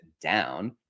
down